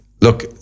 look